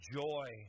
joy